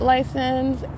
License